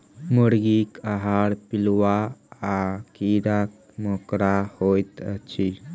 मुर्गीक आहार पिलुआ आ कीड़ा मकोड़ा होइत अछि